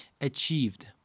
achieved